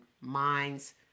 Minds